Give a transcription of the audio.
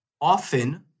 often